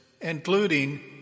including